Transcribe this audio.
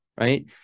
right